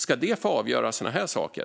Ska det få avgöra sådana här saker?